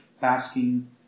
basking